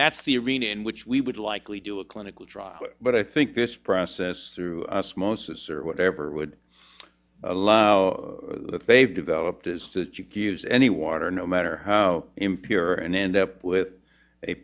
that's the arena in which we would likely do a clinical trial but i think this process through us mosis or whatever would that they've developed is to get use any water no matter how impure and end up with a